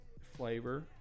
flavor